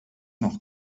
noch